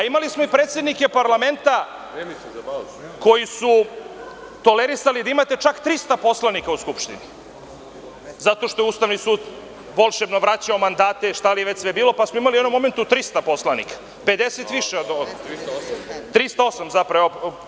Imali smo i predsednike parlamenta koji su tolerisali da imate čak 300 poslanika u Skupštini zato što je Ustavni sud volšebno vraćao mandate, šta li je već sve bilo, pa smo imali u jednom momentu 300 poslanika, 50 više, 308 zapravo.